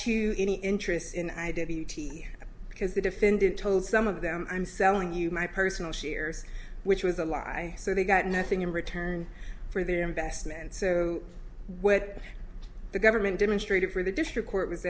to any interest in i did because the defendant told some of them i'm selling you my personal shares which was a lie so they got nothing in return for their investment so what the government demonstrated for the district court w